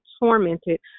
tormented